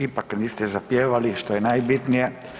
Ipak niste zahtijevali što je najbitnije.